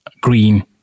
Green